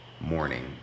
morning